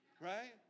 right